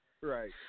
Right